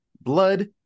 blood